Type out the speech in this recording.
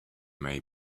may